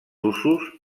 usos